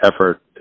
effort